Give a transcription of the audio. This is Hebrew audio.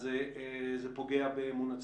אז זה פוגע באמון הציבור.